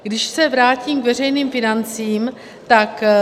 Když se vrátím k veřejným financím, tak...